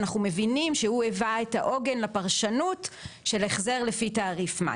שאנחנו מבינים שהוא היווה את העוגן לפרשנות של החזר לפי תעריף מד"א.